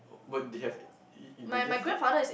but they have ingredients there